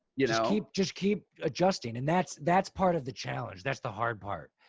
you know just keep adjusting. and that's that's part of the challenge. that's the hard part.